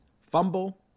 fumble